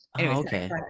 okay